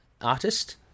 artist